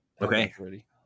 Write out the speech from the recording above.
Okay